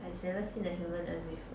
I have never seen a human urn before